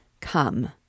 Come